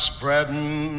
Spreading